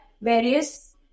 various